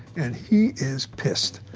and he is pissed.